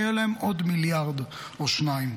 יהיה להם עוד מיליארד או שניים.